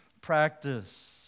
practice